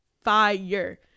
fire